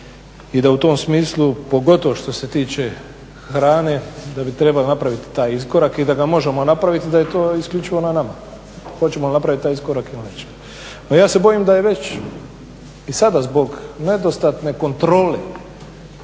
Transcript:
i da u tom smislu pogotovo što se tiče hrane da bi trebala napraviti taj iskorak i da ga možemo napraviti, da je to isključivo na nama hoćemo li napraviti taj iskorak ili nećemo. Pa ja se bojim da je već i sada zbog nedostatne kontrole